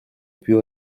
più